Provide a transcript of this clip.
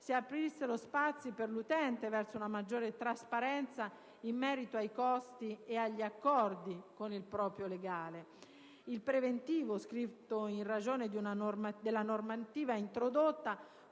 si aprissero spazi per l'utente verso una maggior trasparenza in merito ai costi e agli accordi con il proprio legale. Il preventivo scritto, in ragione della normativa introdotta,